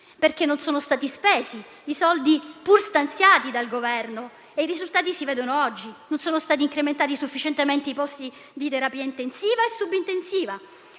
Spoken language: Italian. perché non sono stati spesi i soldi pur stanziati dal Governo e i risultati si vedono oggi: non sono stati incrementati sufficientemente i posti di terapia intensiva e subintensiva;